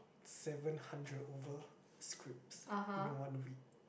seven hundred over scripts in one week